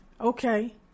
okay